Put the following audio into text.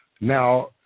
Now